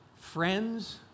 friends